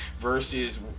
versus